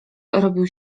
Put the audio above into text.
robił